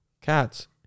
cats